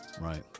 right